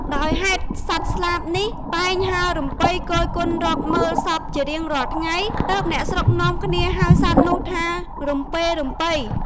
ដោយហេតុសត្វស្លាបនេះ តែងហើររំពៃគយគន់រកមើលសពជារៀងរាល់ថ្ងៃ ទើបអ្នកស្រុកនាំគ្នាហៅសត្វនោះថា រំពេរំពៃ ។